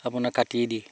আপোনাৰ কাটিয়ে দিয়ে